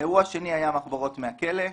האירוע השני היה "מחברות מהכלא",